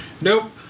Nope